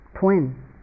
twin